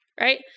right